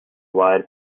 wide